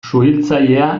suhiltzailea